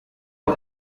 est